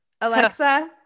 Alexa